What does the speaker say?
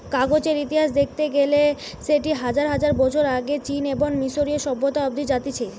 কাগজের ইতিহাস দেখতে গেইলে সেটি হাজার হাজার বছর আগে চীন এবং মিশরীয় সভ্যতা অব্দি জাতিছে